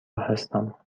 هستم